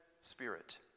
spirit